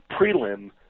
prelim